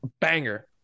Banger